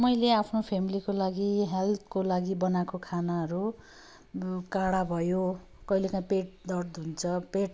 मैले आफ्नो फेमिलीको लागि हेल्थको लागि बनाएको खानाहरू काडा भयो कहिले काहीँ पेट दर्द हुन्छ पेट